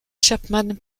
chapman